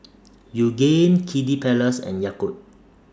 Yoogane Kiddy Palace and Yakult